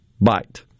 bite